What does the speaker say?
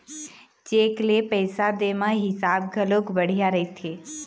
cheque ले पइसा दे म हिसाब घलोक बड़िहा रहिथे